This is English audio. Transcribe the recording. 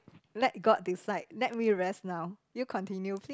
let god decide let me rest now you continue please